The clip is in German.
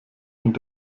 und